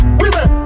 women